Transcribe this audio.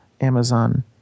Amazon